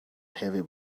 heavy